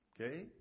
Okay